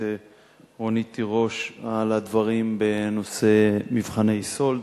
רונית תירוש על הדברים בנושא מבחני סאלד.